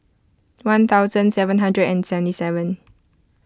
one thousand seven hundred and seven